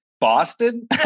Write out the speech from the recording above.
Boston